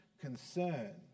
concern